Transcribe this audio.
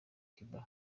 cuba